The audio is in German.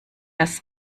das